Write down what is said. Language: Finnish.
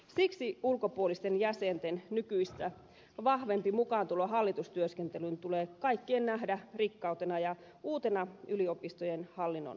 siksi ulkopuolisten jäsenten nykyistä vahvempi mukaantulo hallitustyöskentelyyn tulee kaikkien nähdä rikkautena ja uutena yliopistojen hallinnon